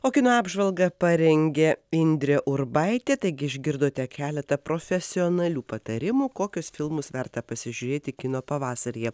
o kino apžvalgą parengė indrė urbaitė taigi išgirdote keletą profesionalių patarimų kokius filmus verta pasižiūrėti kino pavasaryje